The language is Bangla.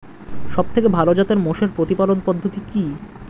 সবথেকে ভালো জাতের মোষের প্রতিপালন পদ্ধতি কি?